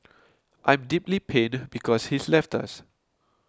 I'm deeply pained because he's left us